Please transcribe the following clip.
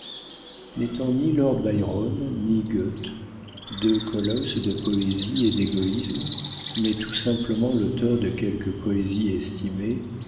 n'étant ni lord byron ni goethe deux colosses de poésie et d'égoïsme mais tout simplement l'auteur de quelques poésies estimées